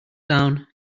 down